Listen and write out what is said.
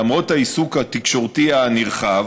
למרות העיסוק התקשורתי הנרחב,